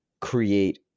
create